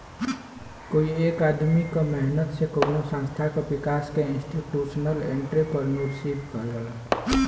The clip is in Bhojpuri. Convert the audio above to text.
कोई एक आदमी क मेहनत से कउनो संस्था क विकास के इंस्टीटूशनल एंट्रेपर्नुरशिप कहल जाला